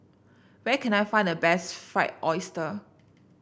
where can I find the best Fried Oyster